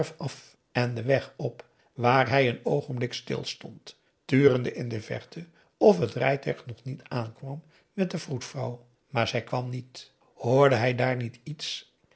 af en den weg op waar hij een oogenblik stil stond turende in de verte of het rijtuig nog niet aankwam met de vroedvrouw maar zij kwam niet hoorde hij daar niet iets